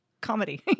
comedy